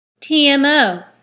TMO